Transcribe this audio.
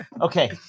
Okay